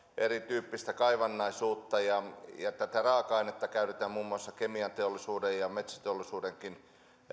erityyppistä kaivannaisuutta ja tätä raaka ainetta käytetään muun muassa kemianteollisuuden ja metsäteollisuudenkin